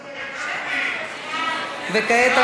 וכעת,